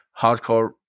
hardcore